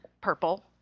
purple